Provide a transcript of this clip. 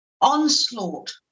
onslaught